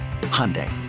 Hyundai